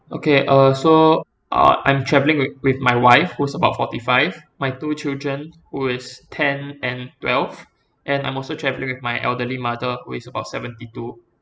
okay uh so uh I'm travelling with with my wife who's about forty five my two children who is ten and twelve and I'm also travelling with my elderly mother who is about seventy two